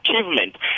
achievement